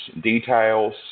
details